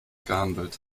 gehandelt